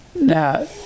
Now